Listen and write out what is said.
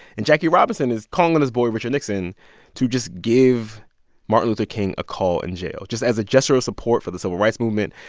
and jackie robinson is calling and his boy richard nixon to just give martin luther king a call in jail just as a gesture of support for the civil rights movement.